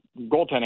Goaltending